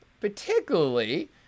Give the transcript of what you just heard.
Particularly